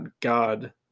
God